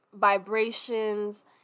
vibrations